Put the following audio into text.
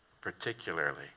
particularly